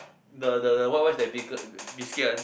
the the the what what is that beancurd biscuit one